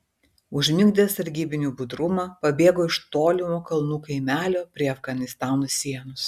užmigdęs sargybinių budrumą pabėgo iš tolimo kalnų kaimelio prie afganistano sienos